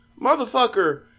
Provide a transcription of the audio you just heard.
Motherfucker